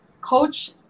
Coach